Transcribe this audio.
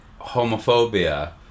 homophobia